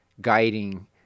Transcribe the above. guiding